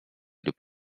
lub